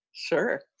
Sure